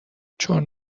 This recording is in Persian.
چون